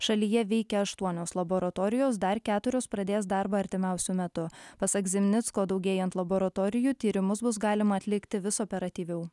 šalyje veikia aštuonios laboratorijos dar keturios pradės darbą artimiausiu metu pasak zimnicko daugėjant laboratorijų tyrimus bus galima atlikti vis operatyviau